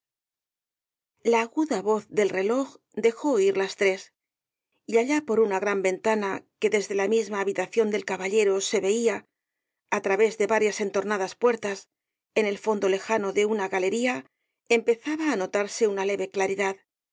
la aguda voz del reloj dejó oir las tres y allá por una gran ventana que desde la misma habitación del caballero se veía á través de varias entornadas puertas en el fondo lejano de una galería empezaba á notarse una leve claridad